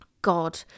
God